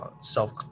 Self